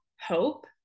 hope